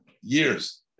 years